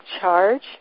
charge